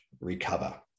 recover